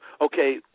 okay